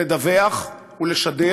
וזה לדווח ולשדר,